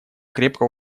крепко